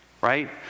Right